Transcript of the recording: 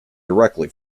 directly